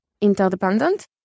interdependent